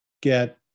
get